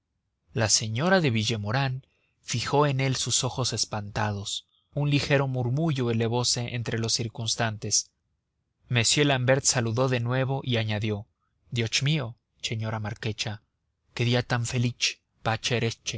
la señora de villemaurin fijó en él sus ojos espantados un ligero murmullo elevose entre los circunstantes m l'ambert saludó de nuevo y añadió dioch mío cheñora marquecha que día tan felich